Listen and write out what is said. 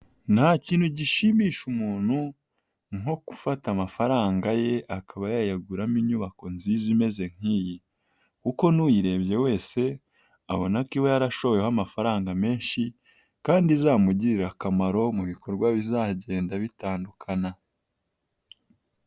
Nta kintu gishimisha umuntu nko gufata amafaranga ye akaba yayaguramo inyubako nziza imeze nk'iyi. Kuko n'uyirebye wese, abona ko iba yarashoweho amafaranga menshi kandi izamugirira akamaro mu bikorwa bizagenda bitandukana.